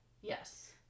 Yes